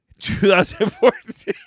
2014